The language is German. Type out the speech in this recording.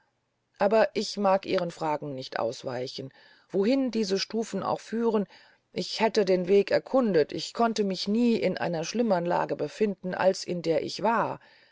aber ich mag ihren fragen nicht ausweichen wohin diese stufen auch führen ich hätte den weg erkundet ich konnte mich nie in einer schlimmern lage befinden als in der ich war